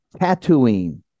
Tatooine